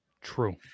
True